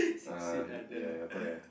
six feet under